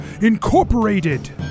Incorporated